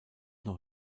noch